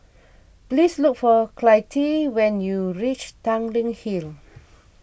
please look for Clytie when you reach Tanglin Hill